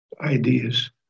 ideas